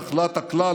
נחלת הכלל,